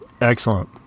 excellent